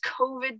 COVID